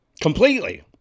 completely